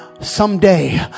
Someday